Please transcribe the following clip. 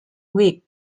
wick